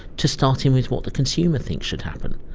to starting with what the consumer thinks should happen.